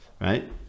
Right